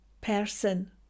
person